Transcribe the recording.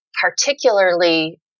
particularly